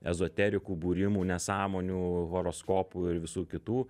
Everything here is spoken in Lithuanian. ezoterikų būrimų nesąmonių horoskopų ir visų kitų